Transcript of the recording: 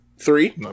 Three